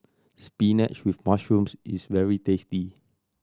spinach with mushrooms is very tasty